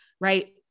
right